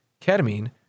ketamine